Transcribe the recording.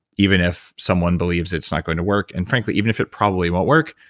even if someone believes it's not going to work, and frankly even if it probably won't work.